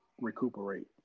recuperate